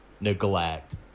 neglect